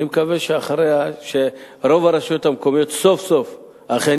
אני מקווה שרוב הרשויות המקומיות סוף-סוף אכן